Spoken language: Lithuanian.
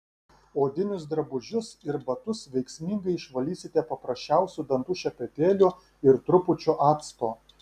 odinius drabužius ir batus veiksmingai išvalysite paprasčiausiu dantų šepetėliu ir trupučiu acto